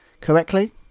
correctly